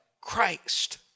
Christ